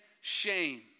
shame